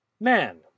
Man